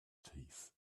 teeth